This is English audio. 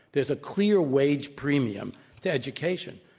there's a clear wage premium to education.